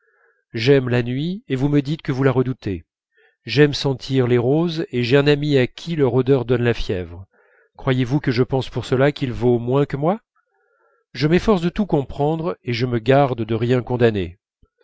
j'aime la nuit et vous me dites que vous la redoutez j'aime sentir les roses et j'ai un ami à qui leur odeur donne la fièvre croyez-vous que je pense pour cela qu'il vaut moins que moi je m'efforce de tout comprendre et je me garde de rien condamner